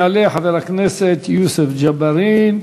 יעלה חבר הכנסת יוסף ג'בארין.